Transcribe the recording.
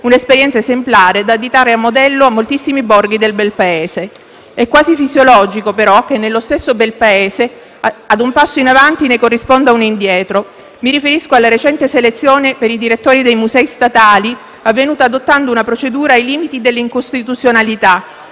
un'esperienza esemplare da additare a modello a moltissimi borghi del Belpaese. È quasi fisiologico, però, che nello stesso Belpaese ad un passo in avanti ne corrisponda uno indietro. Mi riferisco alla recente selezione per i direttori dei musei statali, avvenuta adottando una procedura ai limiti dell'incostituzionalità,